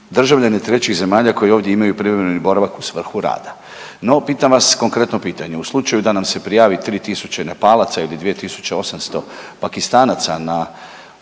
državljane trećih zemalja koji ovdje imaju privremeni boravak u svrhu rada. No, pitam vas konkretno pitanje, u slučaju da nam se prijavi 3000 Nepalaca ili 2800 Pakistanaca na